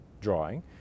drawing